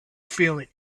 feeling